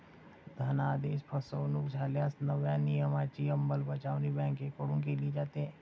धनादेश फसवणुक झाल्यास नव्या नियमांची अंमलबजावणी बँकांकडून केली जाते